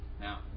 Now